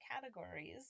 categories